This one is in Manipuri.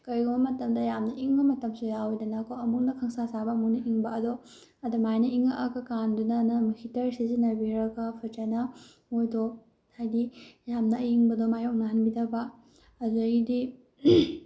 ꯀꯔꯤꯒꯨꯝꯕ ꯃꯇꯝꯗ ꯌꯥꯝꯅ ꯏꯪꯕ ꯃꯇꯝꯁꯨ ꯌꯥꯎꯏꯗꯅꯀꯣ ꯑꯃꯨꯛꯅ ꯈꯪꯁꯥ ꯁꯥꯕ ꯑꯃꯨꯛꯅ ꯏꯪꯕ ꯑꯗꯣ ꯑꯗꯨꯃꯥꯏꯅ ꯏꯪꯉꯛꯑꯕ ꯀꯥꯟꯗꯨꯗꯅ ꯍꯤꯇꯔ ꯁꯤꯖꯤꯟꯅꯕꯤꯔꯒ ꯐꯖꯅ ꯃꯣꯏꯗꯣ ꯍꯥꯏꯗꯤ ꯌꯥꯝꯅ ꯑꯏꯪꯕꯗꯣ ꯃꯥꯏꯌꯣꯛꯅꯍꯟꯕꯤꯗꯕ ꯑꯗꯨꯗꯩꯗꯤ